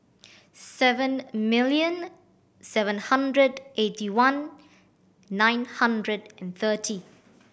seven million seven hundred eighty one nine hundred and thirty